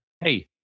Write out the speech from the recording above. hey